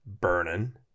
burning